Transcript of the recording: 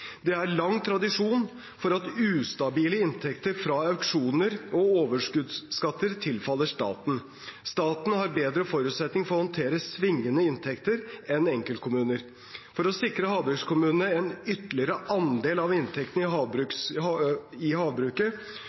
Det er lang tradisjon for at ustabile inntekter fra auksjoner og overskuddsskatter tilfaller staten. Staten har bedre forutsetninger for å håndtere svingende inntekter enn enkeltkommuner. For å sikre havbrukskommunene en ytterligere andel av inntektene i havbruket foreslår vi at de også tilføres 25 pst. – i